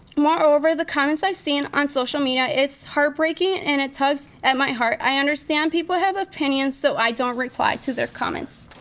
moreover, the comments i've seen on social media, it's heartbreaking and it tugs at my heart. i understand people have opinions, so i don't reply to their comments.